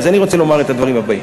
אז אני רוצה לומר את הדברים הבאים,